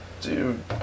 Dude